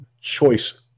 choice